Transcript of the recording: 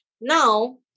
now